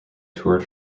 toured